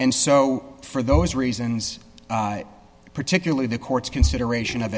and so for those reasons particularly the court's consideration of